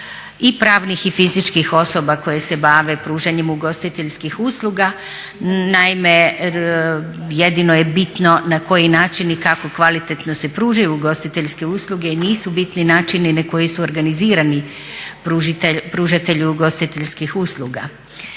i pravnih i fizičkih osoba koje se bave pružanjem ugostiteljskih usluga. Naime, jedino je bitno na koji način i kako kvalitetno se pružaju ugostiteljske usluge i nisu bitni načini na koji su organizirani pružatelji ugostiteljskih usluga.